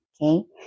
okay